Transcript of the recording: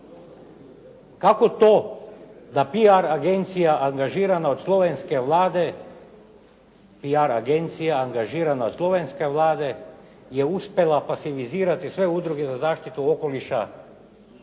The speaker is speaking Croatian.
Vlade, PR agencija angažirana od slovenske Vlade je uspjela pasivizirati sve udruge za zaštitu okoliša